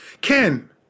Ken